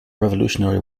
revolutionary